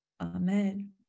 amen